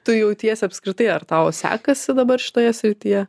tu jautiesi apskritai ar tau sekasi dabar šitoje srityje